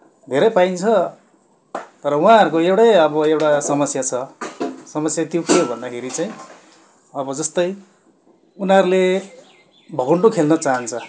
धेरै पाइन्छ तर उहाँहरूको एउटै अब एउटा समस्या छ समस्या त्यो के हो भन्दाखेरि चाहिँ अब जस्तै उनीहरूले भकुन्डो खेल्न चाहन्छ